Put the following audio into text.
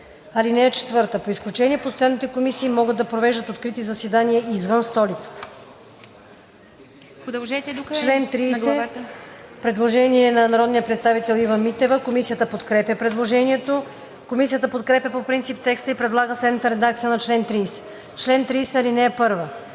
открити. (4) По изключение постоянните комисии могат да провеждат открити заседания извън столицата.“ По чл. 30 има предложение на народния представител Ива Митева. Комисията подкрепя предложението. Комисията подкрепя по принцип текста и предлага следната редакция на чл. 30: „Чл. 30. (1)